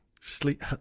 sleep